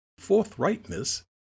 forthrightness